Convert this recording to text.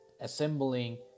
assembling